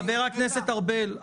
חבר הכסת ארבל,